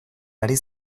ari